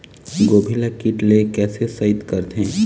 गोभी ल कीट ले कैसे सइत करथे?